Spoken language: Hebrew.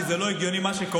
כי זה לא הגיוני מה שקורה,